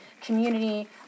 community